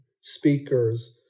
speakers